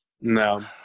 No